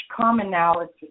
commonality